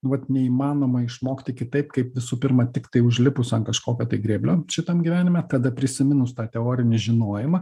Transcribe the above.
nu vat neįmanoma išmokti kitaip kaip visų pirma tiktai užlipus ant kažkokio grėblio šitam gyvenime tada prisiminus tą teorinį žinojimą